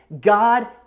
God